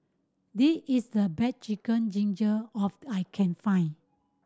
this is the best Chicken Gizzard of I can find